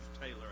Taylor